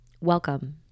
welcome